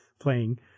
playing